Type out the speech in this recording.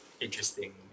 Interesting